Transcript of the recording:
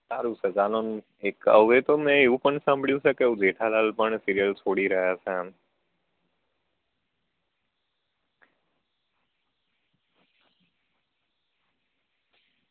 સારું છે ચાલોણે એક હવે તો મેં એવું પણ સાંભળ્યું છે કે જેઠાલાલ પણ સિરિયલ છોડી રહ્યા છે એમ